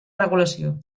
regulació